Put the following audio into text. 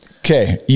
Okay